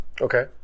Okay